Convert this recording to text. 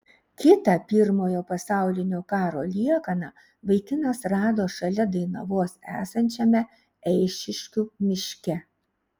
kitą pirmojo pasaulinio karo liekaną vaikinas rado šalia dainavos esančiame eišiškių miške